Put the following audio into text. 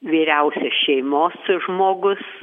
vyriausias šeimos žmogus